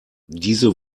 diese